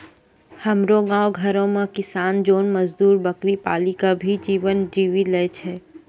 हमरो गांव घरो मॅ किसान जोन मजदुर बकरी पाली कॅ भी जीवन जीवी लॅ छय